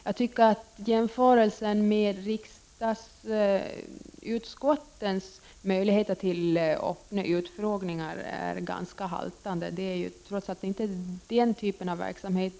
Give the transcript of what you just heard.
Jämförelsen med riksdagsutskottens möjligheter till öppna utfrågningar är haltande; de kommunala nämnderna har trots allt inte den typen av verksamhet.